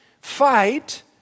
fight